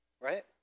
right